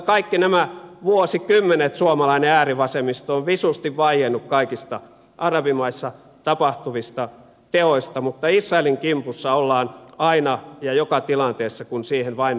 kaikki nämä vuosikymmenet suomalainen äärivasemmisto on visusti vaiennut kaikista arabimaissa tapahtuvista teoista mutta israelin kimpussa ollaan aina ja joka tilanteessa kun siihen vain on mahdollisuus